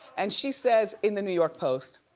and she says in the new york post,